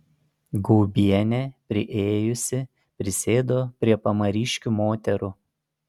gaubienė priėjusi prisėdo prie pamariškių moterų